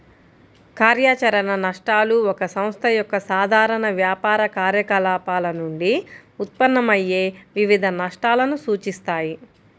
కార్యాచరణ నష్టాలు ఒక సంస్థ యొక్క సాధారణ వ్యాపార కార్యకలాపాల నుండి ఉత్పన్నమయ్యే వివిధ నష్టాలను సూచిస్తాయి